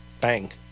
Bang